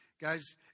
Guys